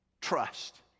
Trust